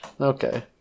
Okay